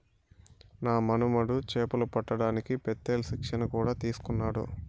నా మనుమడు చేపలు పట్టడానికి పెత్తేల్ శిక్షణ కూడా తీసుకున్నాడు